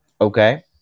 Okay